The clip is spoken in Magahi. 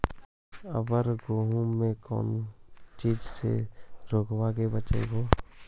अबर गेहुमा मे कौन चीज के से रोग्बा के बचयभो?